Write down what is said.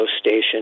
station